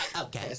okay